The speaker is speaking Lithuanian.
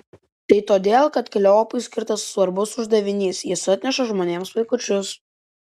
tai todėl kad kleopui skirtas svarbus uždavinys jis atneša žmonėms vaikučius